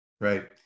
Right